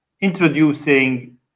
introducing